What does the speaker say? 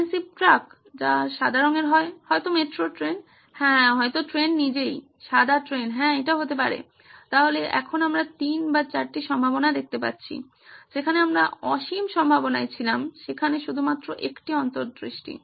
অ্যামেসিভ truck যা সাদা রঙের হয় হয়তো মেট্রো ট্রেন হ্যাঁ হয়তো ট্রেন নিজেই সাদা ট্রেন হ্যাঁ এটা হতে পারে তাহলে এখন আমরা 3 বা 4 টি সম্ভাবনা দেখতে পাচ্ছি যেখানে আমরা অসীম সম্ভাবনায় ছিলাম সেখানে শুধুমাত্র একটি অন্তর্দৃষ্টি